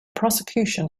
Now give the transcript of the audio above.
prosecution